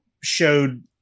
showed